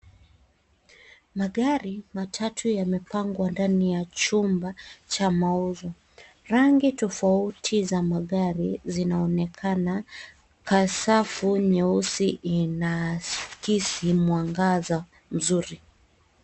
Magari matatu yamepangwa ndani ya chumba cha mauzo. Rangi tofauti za magari zinaonekana kasafu nyeusi inaakisi mwangaza mzuri.